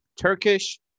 Turkish